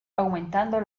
aumentando